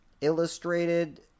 Illustrated